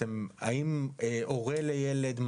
האם הורה לילד,